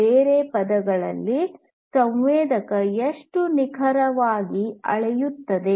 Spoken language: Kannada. ಬೇರೆ ಪದಗಳಲ್ಲಿ ಸಂವೇದಕ ಎಷ್ಟು ನಿಖರವಾಗಿ ಅಳೆಯುತ್ತದೆ